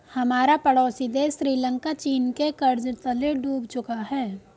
हमारा पड़ोसी देश श्रीलंका चीन के कर्ज तले डूब चुका है